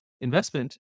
investment